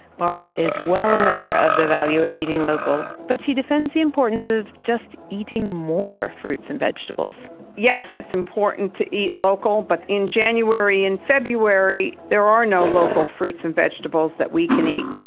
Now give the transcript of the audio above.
barb is well aware of the value of eating local, but she defends the importance of just eating more fruits and vegetables yes, it's important to eat local, but in january and february, there are no local fruits and vegetables that we can eat.